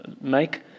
make